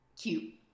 cute